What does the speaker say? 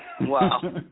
Wow